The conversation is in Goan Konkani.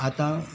आतां